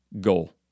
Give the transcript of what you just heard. goal